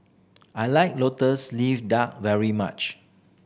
I like Lotus Leaf Duck very much